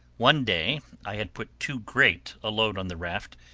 one day i had put too great a load on the raft,